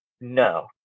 no